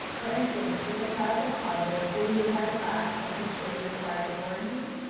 for instance, if a child tests positive, will the entire class and teacher be required to quarantine?